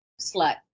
slut